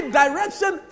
direction